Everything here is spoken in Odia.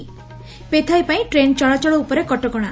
ପେଥାଇପାଇଁ ଟ୍ରେନ୍ ଚଳାଚଳ ଉପରେ କଟକଶା